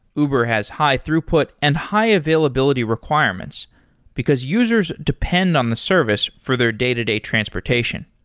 uber has high throughput and high availability requirements because users depend on the service for their day-to-day transportation.